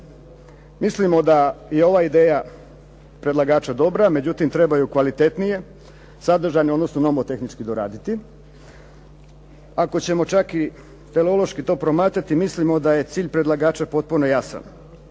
Mislimo da je ova ideja predlagača dobra. Međutim, treba je kvalitetnije, sadržajno odnosno nomotehnički doraditi. Ako ćemo čak i …/Govornik se ne razumije./… to promatrati mislimo da je cilj predlagača potpuno jasan,